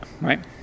right